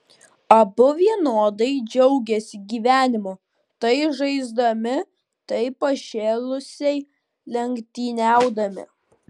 abu vienodai džiaugėsi gyvenimu tai žaisdami tai pašėlusiai lenktyniaudami